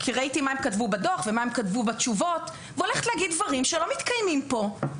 כי ראיתי מה הם כתבו בדוח ומה הם כתבו בתשובות שלא מתקיימים פה.